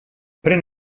pren